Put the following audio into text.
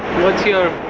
what's your